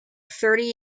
thirty